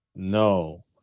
no